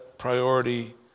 priority